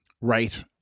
right